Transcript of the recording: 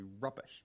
rubbish